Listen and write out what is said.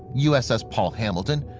uss paul hamilton,